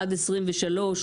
עד 2023,